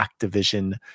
Activision